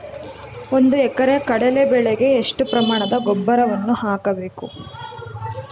ಒಂದು ಎಕರೆ ಕಡಲೆ ಬೆಳೆಗೆ ಎಷ್ಟು ಪ್ರಮಾಣದ ಗೊಬ್ಬರವನ್ನು ಹಾಕಬೇಕು?